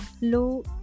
low